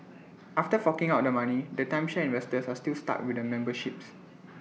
after forking out the money the timeshare investors are still stuck with the memberships